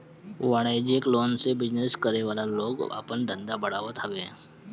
वाणिज्यिक लोन से बिजनेस करे वाला लोग आपन धंधा बढ़ावत हवे